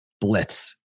blitz